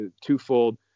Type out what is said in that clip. twofold